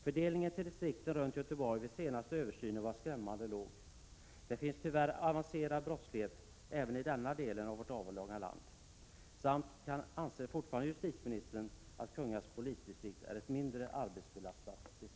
Fördelningen till distriktet runt Göteborg vid den senaste översynen var skrämmande liten. Det finns tyvärr avancerad brottslighet även i denna del av vårt avlånga land. Anser justitieministern fortfarande att Kungälvs polisdistrikt är ett mindre arbetsbelastat distrikt?